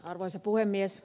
arvoisa puhemies